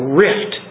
rift